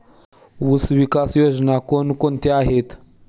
ऊसविकास योजना कोण कोणत्या आहेत?